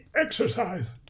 exercise